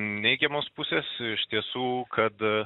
neigiamos pusės iš tiesų kad